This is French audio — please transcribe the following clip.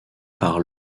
par